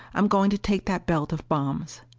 i'm going to take that belt of bombs.